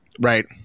Right